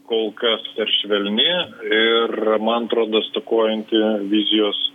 kol kas per švelni ir man atrodo stokojanti vizijos